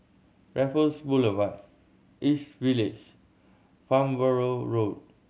Raffles Boulevard East Village Farnborough Road